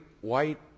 white